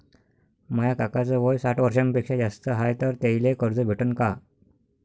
माया काकाच वय साठ वर्षांपेक्षा जास्त हाय तर त्याइले कर्ज भेटन का?